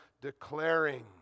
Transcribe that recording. declaring